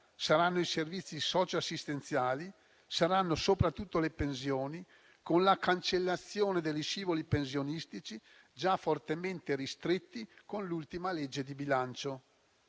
saranno i servizi socio-assistenziali e saranno soprattutto le pensioni, con la cancellazione degli scivoli pensionistici, già fortemente ristretti con l'ultima legge di bilancio.